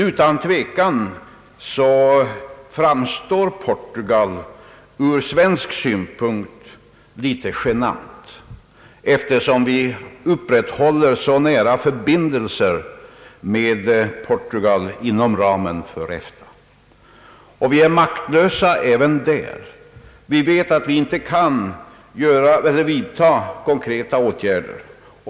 Utan tvekan är denna fråga från svensk synpunkt litet genant, eftersom vi upprätthåller så nära förbindelser med Portugal inom ramen för EFTA, men vi är maktlösa även där. Vi vet att vi inte kan vidta konkreta åtgärder.